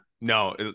no